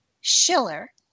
Schiller